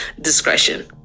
discretion